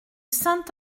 saint